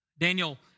Daniel